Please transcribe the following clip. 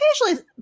occasionally